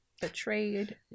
betrayed